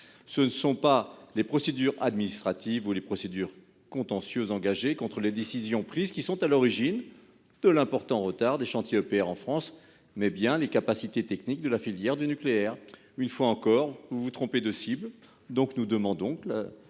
Ce ne sont pas les procédures administratives ou les procédures contentieuses engagées contre les décisions prises qui sont à l'origine de l'important retard des chantiers EPR en France ; ce sont bien les capacités techniques de la filière du nucléaire. Une fois encore, on se trompe de cible, raison pour laquelle